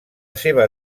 seva